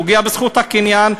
פוגע בזכות הקניין,